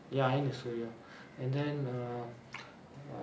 ya iron is suria and then err